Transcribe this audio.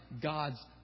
God's